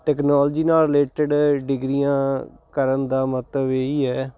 technology ਨਾਲ related ਡਿਗਰੀਆਂ ਕਰਨ ਦਾ ਮਹੱਤਵ ਇਹ ਹੀ ਹੈ